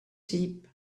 sheep